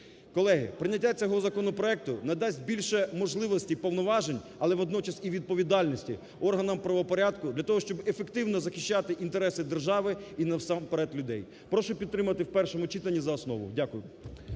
Колеги, прийняття цього законопроекту надасть більше можливості, повноважень, але водночас і відповідальності органам правопорядку для того, щоб ефективно захищати інтереси держави і, насамперед, людей. Прошу підтримати в першому читанні за основу. Дякую.